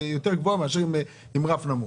שמרוויח משכורת גבוהה יותר מאשר את מי שמשתכר שכר נמוך.